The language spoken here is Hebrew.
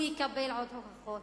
הוא יקבל עוד הוכחות.